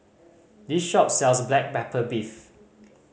this shop sells black pepper beef